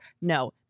No